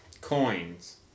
Coins